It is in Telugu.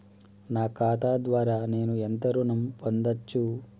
నా ఖాతా ద్వారా నేను ఎంత ఋణం పొందచ్చు?